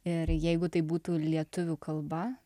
ir jeigu tai būtų lietuvių kalba